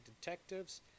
detectives